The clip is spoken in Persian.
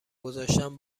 گذاشتن